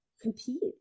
compete